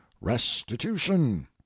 restitution